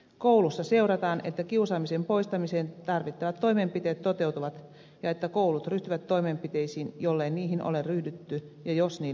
koulussa seurataan että kiusaamisen poistamiseen tarvittavat toimenpiteet toteutuvat ja että koulut ryhtyvät toimenpiteisiin jollei niihin ole ryhdytty ja jos niille on tarvetta